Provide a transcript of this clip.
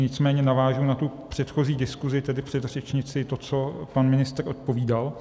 Nicméně navážu na předchozí diskusi, tedy předřečníci, to, co pan ministr odpovídal.